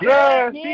Yes